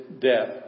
death